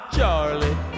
Charlie